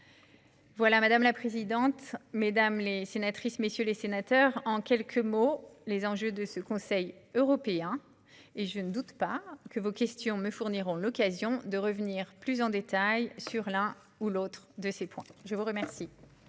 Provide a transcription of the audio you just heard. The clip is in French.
Madame la présidente, mesdames, messieurs les sénateurs, voilà, en quelques mots, les enjeux de ce Conseil européen. Je ne doute pas que vos questions me fourniront l'occasion de revenir plus en détail sur l'un ou l'autre de ces points. La parole